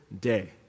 Day